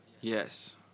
Yes